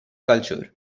culture